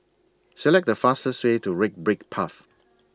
Select The fastest Way to Red Brick Path